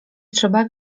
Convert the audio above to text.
trzeba